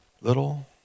Little